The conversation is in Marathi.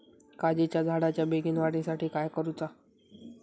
काजीच्या झाडाच्या बेगीन वाढी साठी काय करूचा?